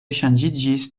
ŝanĝiĝis